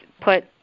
put